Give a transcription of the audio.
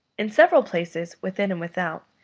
in several places, within and without,